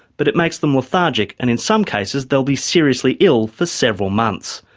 but it makes them lethargic and in some cases they'll be seriously ill for several months.